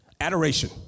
Adoration